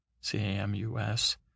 C-A-M-U-S